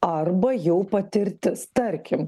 arba jau patirtis tarkim